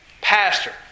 pastor